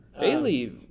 Bailey